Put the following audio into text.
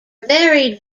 varied